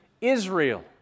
Israel